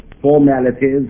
formalities